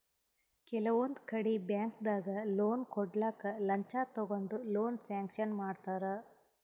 ಕೆಲವೊಂದ್ ಕಡಿ ಬ್ಯಾಂಕ್ದಾಗ್ ಲೋನ್ ಕೊಡ್ಲಕ್ಕ್ ಲಂಚ ತಗೊಂಡ್ ಲೋನ್ ಸ್ಯಾಂಕ್ಷನ್ ಮಾಡ್ತರ್